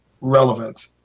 relevant